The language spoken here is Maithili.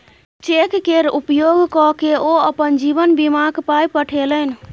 चेक केर उपयोग क कए ओ अपन जीवन बीमाक पाय पठेलनि